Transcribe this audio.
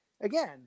Again